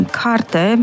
carte